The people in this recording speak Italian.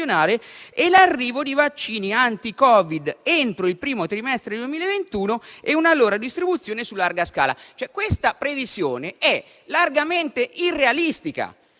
l'arrivo di vaccini anti-Covid entro il primo trimestre 2021 e una loro distribuzione su larga scala. Ma questa previsione è largamente irrealistica.